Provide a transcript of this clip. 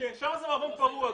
שם זה מערבון פרוע.